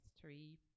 three